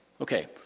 Okay